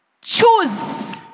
Choose